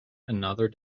another